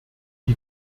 die